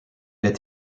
est